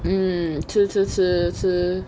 mm 吃吃吃吃